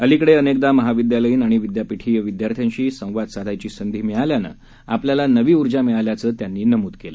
अलिकडे अनेकदा महाविद्यालयीन आणि विद्यापीठीय विद्यार्थ्यांशी संवाद साधायची संधी मिळाल्यानं आपल्याला नवी उर्जा मिळाल्याचं त्यांनी नमूद केलं